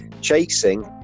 chasing